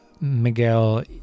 Miguel